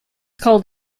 called